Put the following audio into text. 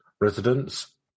residents